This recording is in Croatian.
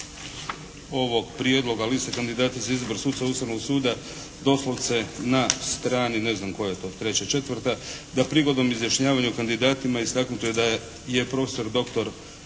ovog prijedloga liste kandidata za izbor suca Ustavnog suda doslovce na strani, ne znam koja je to treća, četvrta, da prigodom izjašnjavanja o kandidatima istaknuto je da je prof.dr.